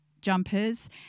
jumpers